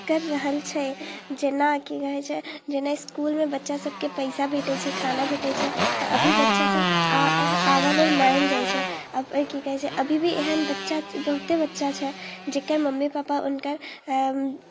करि रहल छै जेना की कहैत छै जेना इसकुलमे बच्चासभके पैसा भेटैत छै खाना भेटैत छै तऽ अभी बच्चासभ आ आबयलेल मानि जाइत छै आओर की कहैत छै अभी भी एहन बच्चा बहुते बच्चा छै जकर मम्मी पापा हुनकर